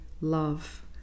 Love